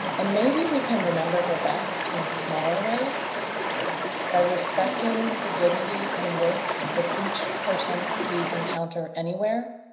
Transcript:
and maybe we can remember her best in smaller ways by respecting the dignity and worth of each person we encounter anywhere,